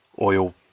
oil